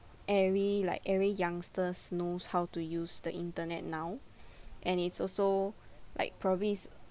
every like every youngsters knows how to use the internet now and it's also like probably